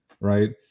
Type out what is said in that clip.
right